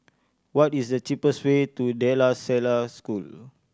what is the cheapest way to De La Salle School